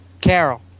Carol